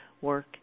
work